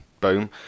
Boom